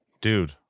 Dude